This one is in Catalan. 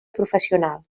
professional